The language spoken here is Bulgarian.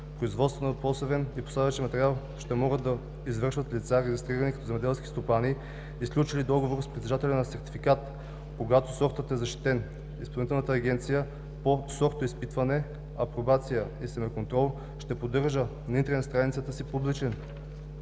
Производство на посевен и посадъчен материал ще могат да извършват лица, регистрирани като земеделски стопани и сключили договор с притежателя на сертификат, когато сортът е защитен. Изпълнителната агенция по сортоизпитване, апробация и семеконтрол ще поддържа на интернет страницата си публичен